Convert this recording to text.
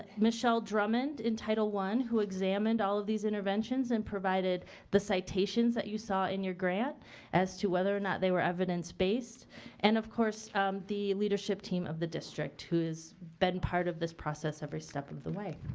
ah michelle drummond in title one, who examined all of these interventions and provided the citations that you saw in your grant as to whether or not they were evidence based and of course the leadership team of the district who's been part of this process every step of of the way.